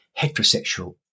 heterosexual